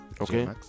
Okay